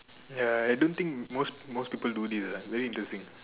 ya I don't think most most people do this lah very interesting